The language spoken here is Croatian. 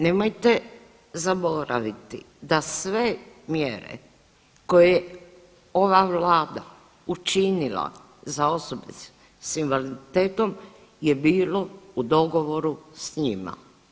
Nemojte zaboraviti da sve mjere koje ova Vlada učinila za osobe s invaliditetom je bilo u dogovoru s njima.